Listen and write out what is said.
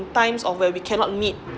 in times or where we cannot meet